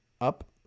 up